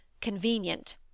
convenient